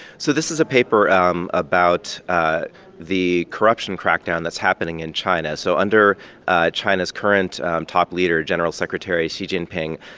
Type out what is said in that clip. so this is a paper um about the corruption crackdown that's happening in china. so under china's current top leader, general secretary xi jinping,